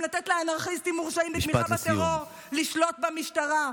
גם לתת לאנרכיסטים מורשעים בתמיכה בטרור לשלוט במשטרה,